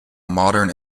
modern